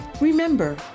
Remember